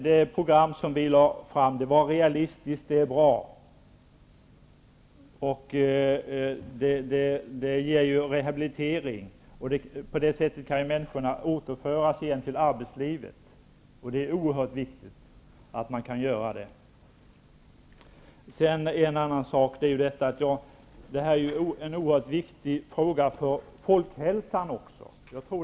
Det program vi lade fram var realistiskt och bra. Där ingick rehabilitering. På det sättet kan människorna återföras till arbetslivet, och det är oerhört viktigt att det kan ske. Detta är en oerhört viktig fråga även för folkhälsan.